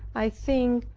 i think,